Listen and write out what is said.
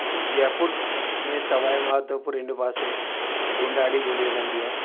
ऐं जयपुर में सवाइ माधवपुर हिन पासे डुंडाड़ी ॿोली हलंदी आहे